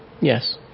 Yes